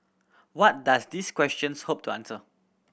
what does these questions hope to answer